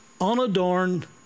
unadorned